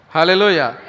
Hallelujah